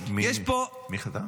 מי חתם?